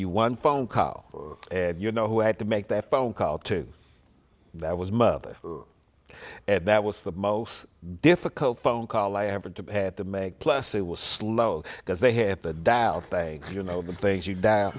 you one phone call and you know who had to make that phone call to that was mother and that was the most difficult phone call i haven't had to make plus it was slow because they had the dial you know the things you d